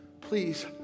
Please